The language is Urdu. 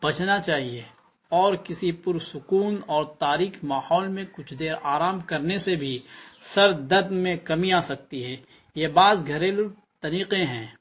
بچنا چاہیے اور کسی پرسکون اور تاریک ماحول میں کچھ دیر آرام کرنے سے بھی سر درد میں کمی آ سکتی ہے یہ بعض گھریلو طریقے ہیں